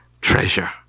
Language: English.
Treasure